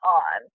on